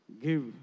give